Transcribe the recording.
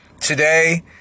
Today